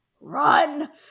run